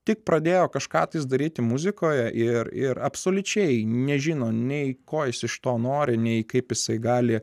tik pradėjo kažką tais daryti muzikoje ir ir absoliučiai nežino nei ko jis iš to nori nei kaip jisai gali